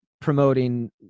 promoting